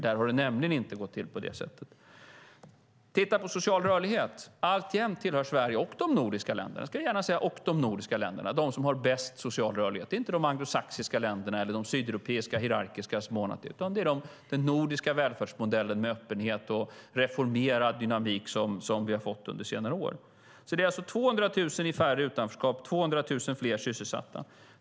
Där har det nämligen inte varit på det sättet. Vi kan titta på social rörlighet. Alltjämt tillhör Sverige, och de nordiska länderna, de länder som har mest social rörelse. Det är inte de anglosachsiska länderna eller de sydeuropeiska hierarkiska länderna utan vi som med den nordiska välfärdsmodellen med öppenhet och reformerad dynamik har fått en ökad social rörelse under senare år. Det är alltså 200 000 färre i utanförskap, 200 000 fler sysselsatta.